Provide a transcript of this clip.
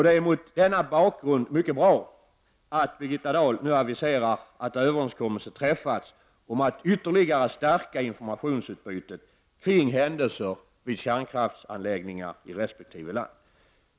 Det är mot denna bakgrund mycket bra att Birgitta Dahl nu aviserar att överenskommelse nu träffats om att ytterligare stärka informationsutbytet kring händelser vid kärnkraftsanläggningar i resp. land.